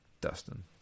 Dustin